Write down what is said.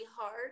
hard